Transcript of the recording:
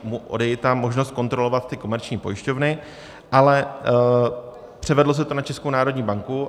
mu odejita možnost kontrolovat ty komerční pojišťovny, ale převedlo se to na Českou národní banku.